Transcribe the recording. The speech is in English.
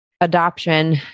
adoption